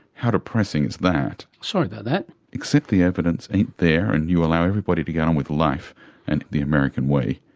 how depressing is that! sorry about that. accept the evidence ain't there and you allow everybody to get on with life and the american way.